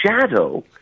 shadow